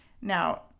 Now